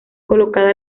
colocada